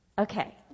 Okay